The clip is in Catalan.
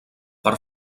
per